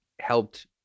helped